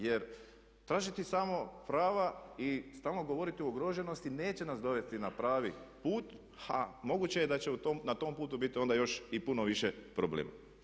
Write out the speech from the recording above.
Jer tražiti samo prava i stalno govoriti o ugroženosti neće nas dovesti na pravi put, a moguće je da će na tom putu biti onda još i puno više problema.